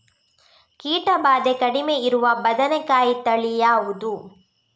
ಕೀಟ ಭಾದೆ ಕಡಿಮೆ ಇರುವ ಬದನೆಕಾಯಿ ತಳಿ ಯಾವುದು?